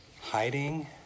hiding